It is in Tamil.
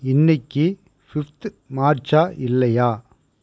இன்னைக்கி ஃபிஃப்த் மார்ச்சா இல்லையா